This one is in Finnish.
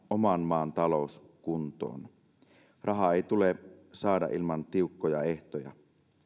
oman maan talous kuntoon rahaa ei tule saada ilman tiukkoja ehtoja